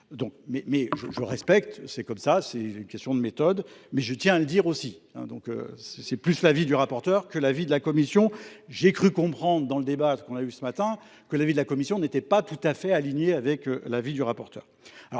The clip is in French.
Mais je respecte, c'est comme ça, c'est une question de méthode, mais je tiens à le dire aussi. C'est plus l'avis du rapporteur que l'avis de la commission. J'ai cru comprendre dans le débat qu'on a eu ce matin que l'avis de la commission n'était pas tout à fait aligné avec l'avis du rapporteur.